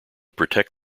protect